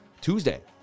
Tuesday